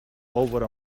over